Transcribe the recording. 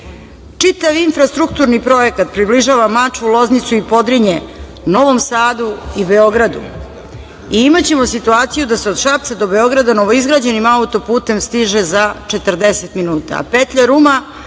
Čitav infrastrukturni projekat približava Mačvu, Loznicu i Podrinje Novom Sadu i Beogradu i imaćemo situaciju da se od Šapca do Beograda novoizgrađenim auto-putem stiže za 40 minuta,